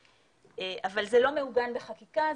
אבל זה לא מעוגן בחקיקה,